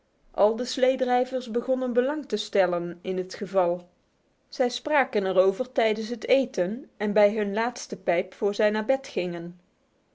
al de sleedrijvers begonnen belang te stellen in het geval zij spraken er over tijdens het eten en bij hun laatste pijp voor ze naar bed gingen